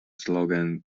slogan